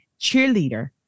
cheerleader